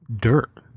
dirt